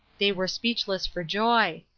they were speechless for joy.